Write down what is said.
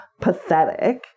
pathetic